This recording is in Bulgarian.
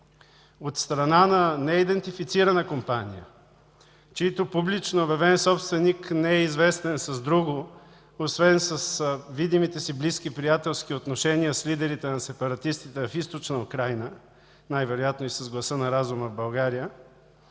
от страна на неидентифицирана компания, чиито публично обявен собственик не е известен с друго, освен с видимите си близки приятелски отношения с лидерите на сепаратистите в Източна Украйна, най-вероятно и с „гласа на разума” в България,